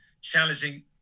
challenging